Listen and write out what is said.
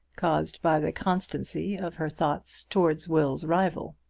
caused by the constancy of her thoughts towards will's rival.